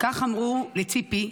כך אמרו לציפי,